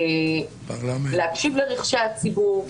להקשיב לרחשי הציבור,